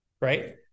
Right